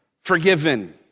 forgiven